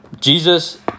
Jesus